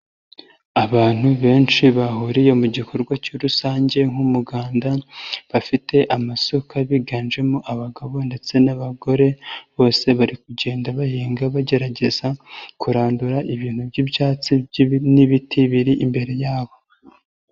Abantu benshi bahuriye mu gikorwa cya rusange nk'umuganda bafite amasuka biganjemo abagabo ndetse n'abagore, bose bari kugenda bahinga bagerageza kurandura ibintu by'ibyatsi n'ibiti biri imbere yabo.